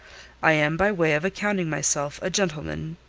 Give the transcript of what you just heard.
i am by way of accounting myself a gentleman,